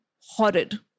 horrid